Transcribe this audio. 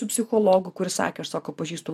su psichologu kuris sakė aš sakau pažįstu